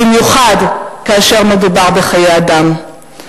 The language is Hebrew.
במיוחד כאשר מדובר בחיי אדם.